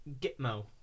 Gitmo